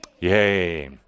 yay